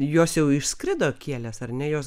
jos jau išskrido kielėsi ar ne jos